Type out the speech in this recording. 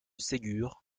ségur